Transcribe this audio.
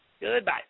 Goodbye